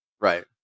Right